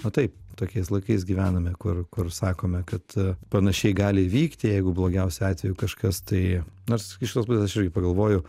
na taip tokiais laikais gyvename kur kur sakome kad panašiai gali vykti jeigu blogiausiu atveju kažkas tai nors iš kitos pusės aš irgi pagalvoju